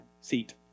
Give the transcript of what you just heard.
seat